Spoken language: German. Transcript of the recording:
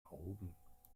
augen